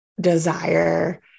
desire